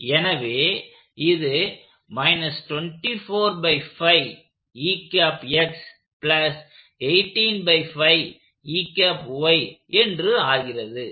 எனவே இது என்று ஆகிறது